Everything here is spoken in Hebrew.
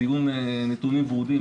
נתונים ורודים,